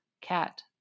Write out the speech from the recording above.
cat